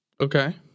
Okay